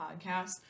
podcast